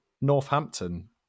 Northampton